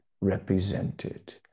represented